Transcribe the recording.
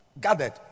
gathered